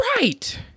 right